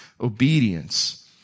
obedience